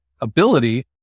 ability